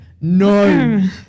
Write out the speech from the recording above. no